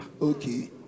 Okay